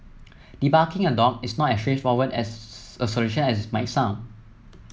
debarking a dog is not as straightforward as a solution as it might sound